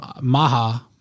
Maha